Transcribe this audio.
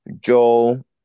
Joel